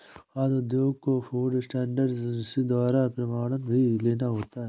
खाद्य उद्योगों को फूड स्टैंडर्ड एजेंसी द्वारा प्रमाणन भी लेना होता है